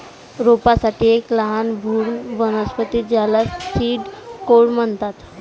रोपांसाठी एक लहान भ्रूण वनस्पती ज्याला सीड कोट म्हणतात